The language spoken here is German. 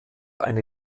eine